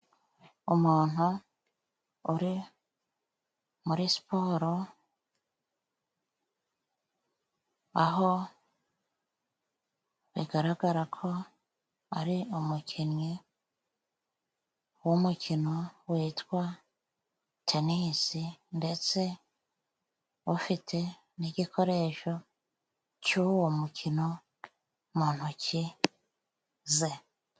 Umuntu uri muri siporo, aho bigaragara ko ari umukinnyi w'umukino witwa tenisi, ndetse ufite n'igikoresho cy'uwo mukino mu ntoki ze.